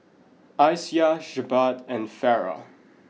Aisyah Jebat and Farah